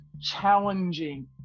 challenging